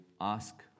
ask